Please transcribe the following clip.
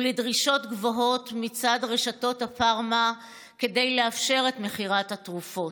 ולדרישות גבוהות מצד רשתות הפארמה כדי לאפשר את מכירת התרופות.